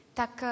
tak